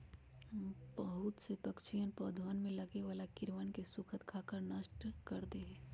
बहुत से पक्षीअन पौधवन में लगे वाला कीड़वन के स्खुद खाकर नष्ट कर दे हई